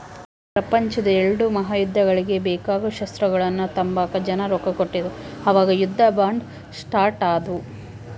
ಪ್ರಪಂಚುದ್ ಎಲ್ಡೂ ಮಹಾಯುದ್ದಗುಳ್ಗೆ ಬೇಕಾಗೋ ಶಸ್ತ್ರಗಳ್ನ ತಾಂಬಕ ಜನ ರೊಕ್ಕ ಕೊಡ್ತಿದ್ರು ಅವಾಗ ಯುದ್ಧ ಬಾಂಡ್ ಸ್ಟಾರ್ಟ್ ಆದ್ವು